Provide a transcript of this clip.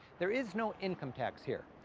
there is no income tax here,